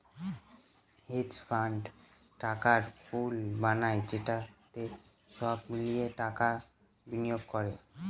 hedge fund টাকার পুল বানায় যেটাতে সবাই মিলে টাকা বিনিয়োগ করে